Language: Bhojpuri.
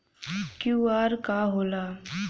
क्यू.आर का होला?